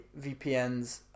vpns